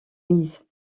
mises